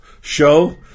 show